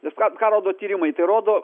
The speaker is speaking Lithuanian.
nes ką ką rodo tyrimai tai rodo